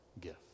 gift